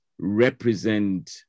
represent